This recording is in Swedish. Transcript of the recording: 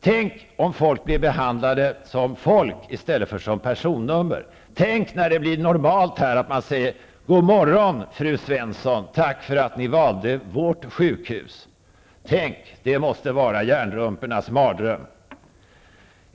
Tänk om folk blev behandlade som folk i stället för personnummer. Tänk när det blir normalt att säga: ''God morgon, fru Svensson. Tack för att ni har valt vårt sjukhus.'' Tänk! Det måste vara järnrumpornas mardröm.